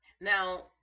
Now